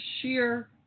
sheer